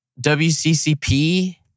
WCCP